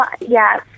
Yes